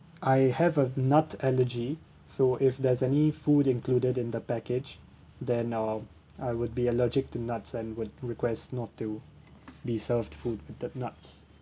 I have a nut allergy so if there's any food included in the package then uh I would be allergic to nuts and would request not to be served food with uh nuts